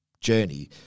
journey